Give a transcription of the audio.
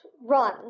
run